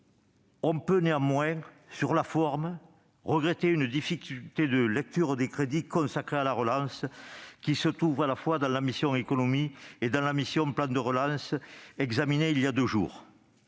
on peut néanmoins regretter la difficulté à lire les crédits consacrés à la relance qui se trouvent à la fois dans la mission « Économie » et dans la mission « Plan de relance », examinée il y a deux jours.